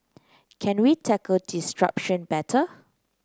can we tackle disruption better